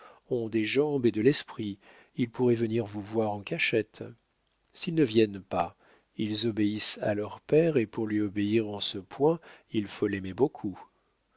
ont des jambes et de l'esprit ils pourraient venir vous voir en cachette s'ils ne viennent pas ils obéissent à leur père et pour lui obéir en ce point il faut l'aimer beaucoup